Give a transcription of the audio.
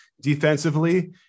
defensively